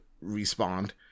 respond